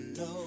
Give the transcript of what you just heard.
no